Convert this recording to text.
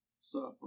suffer